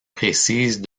précise